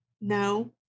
No